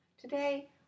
Today